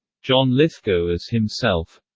john lithgow as himself